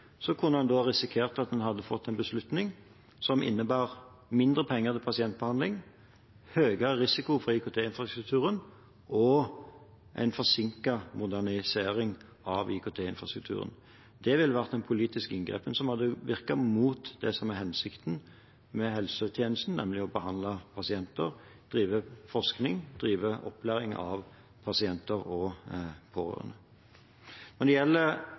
kunne en da ha risikert å få en beslutning som innebar mindre penger til pasientbehandling, høyere risiko for IKT-infrastrukturen og en forsinket modernisering av IKT-infrastrukturen. Det ville vært en politisk inngripen som hadde virket mot det som er hensikten med helsetjenestene, nemlig å behandle pasienter, drive forskning og drive opplæring av pasienter og pårørende. Når det gjelder